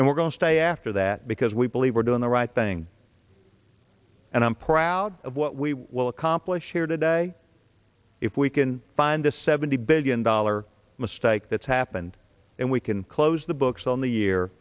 and we're going to stay after that because we believe we're doing the right thing and i'm proud of what we will accomplish here today if we can find a seventy billion dollar mistake that's happened and we can close the books on the year